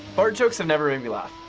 fart jokes have never made me laugh.